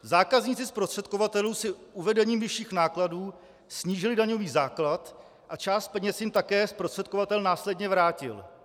Zákazníci zprostředkovatelů si uvedením vyšším nákladů snížili daňový základ a část peněz jim také zprostředkovatel následně vrátil.